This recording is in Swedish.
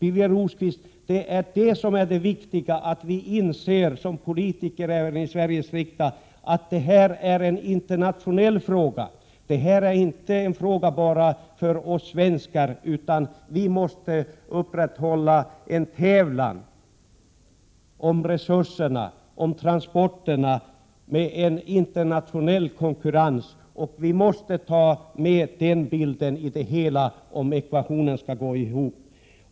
Det viktiga, Birger Rosqvist, är att vi som politiker i Sveriges riksdag inser att det här är en internationell fråga — det här är inte en fråga bara för oss svenskar, utan vi måste i internationell konkurrens tävla om resurserna och om transporterna. Vi måste ta med det i bilden, om ekvationen skall gå ihop.